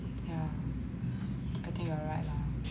yeah I think you're right